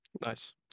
Nice